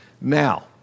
now